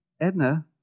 Edna